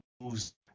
moves